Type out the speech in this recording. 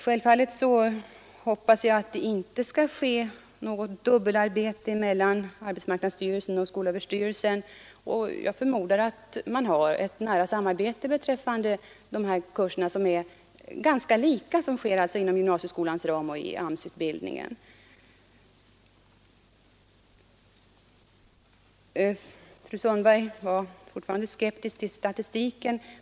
Självfallet hoppas jag att arbetsmarknadsstyrelsen och skolöverstyrelsen inte skall behöva göra något dubbelarbete, och jag förmodar att de har ett nära samarbete beträffande de här kurserna, som är ganska lika — dvs. de som bedrivs inom gymnasieskolans ram och inom AMS-utbildningen. Fru Sundberg är fortfarande skeptisk till statistiken.